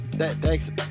thanks